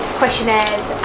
questionnaires